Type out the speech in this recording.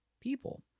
people